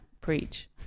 preach